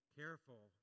careful